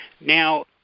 Now